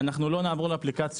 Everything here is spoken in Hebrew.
אנחנו לא נעבור לאפליקציות.